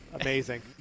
Amazing